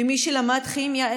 מי שלמד כימיה,